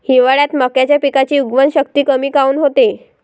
हिवाळ्यात मक्याच्या पिकाची उगवन शक्ती कमी काऊन होते?